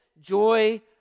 joy